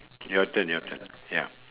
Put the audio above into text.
your turn your turn ya